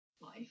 life